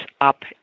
up